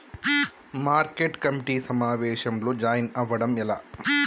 Market committee సమావేశంలో join అవ్వడం ఎలా?